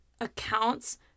accounts